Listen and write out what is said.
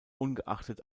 ungeachtet